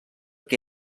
que